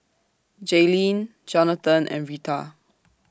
Jailene Jonathan and Reta